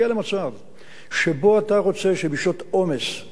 שבו אתה רוצה שבשעות עומס הביקוש יקטן,